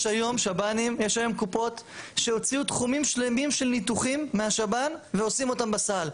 יש היום קופות שהוציאו תחומים שלמים של ניתוחים מהשב"ן ועושים אותם בסל.